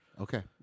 Okay